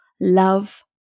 love